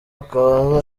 akaba